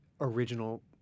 original